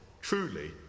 truly